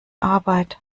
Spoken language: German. arbeit